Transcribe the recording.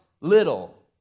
little